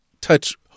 touch